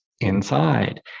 inside